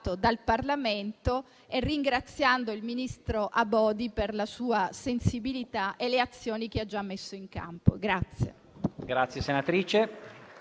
dal Parlamento e ringraziando il ministro Abodi per la sua sensibilità e per le azioni che ha già messo in campo.